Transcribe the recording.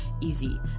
easy